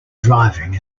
driving